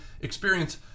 experience